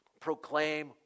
proclaim